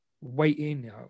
waiting